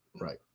Right